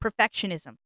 perfectionism